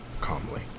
calmly